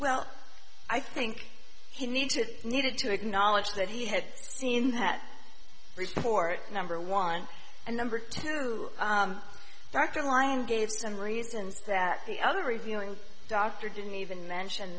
well i think you need to needed to acknowledge that he had seen that report number one and number two dr line gave some reasons that the other revealing doctor didn't even mention